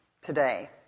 today